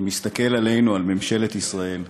שמסתכל עלינו, על ממשלת ישראל,